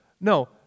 No